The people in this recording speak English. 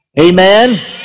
Amen